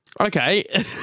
Okay